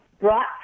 brought